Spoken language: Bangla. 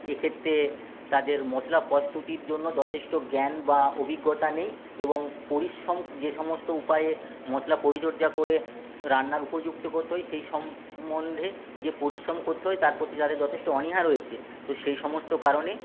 এক্ষেত্রে তাদের মশলা প্রস্তুতির জন্য যথেষ্ট জ্ঞান বা অভিজ্ঞতা নেই এবং পরিশ্রম যে সমস্ত উপায়ে মশলা পরিচর্যা করে রান্নার উপযুক্ত করতে হয় সেই সম্বন্ধে যে পরিশ্রম করতে হয় তার প্রতি তাদের যথেষ্ট অনীহা রয়েছে তো সেই সমস্ত কারণে